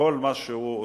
כל מה שהוא עושה,